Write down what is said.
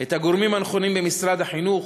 את הגורמים הנכונים במשרד החינוך,